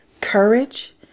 courage